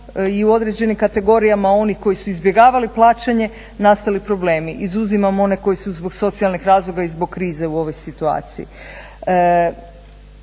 i u određenim kategorijama oni koji su izbjegavali plaćanje nastali problemi. Izuzimam one koji su zbog socijalnih razloga i zbog krize u ovoj situaciji.